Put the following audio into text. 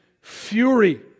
fury